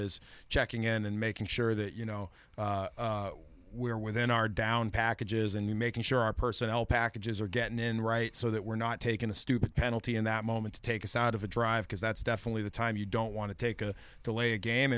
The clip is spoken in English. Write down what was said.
's checking in and making sure that you know we're within our down packages and making sure our personnel packages are getting in right so that we're not taking a stupid penalty in that moment to take us out of a drive because that's definitely the time you don't want to take a delay a game